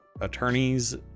attorneys